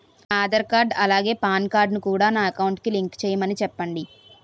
నా ఆధార్ కార్డ్ అలాగే PAN card కూడా నా అకౌంట్ కి లింక్ చేయమని చెప్పండి